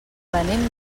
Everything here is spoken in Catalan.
venim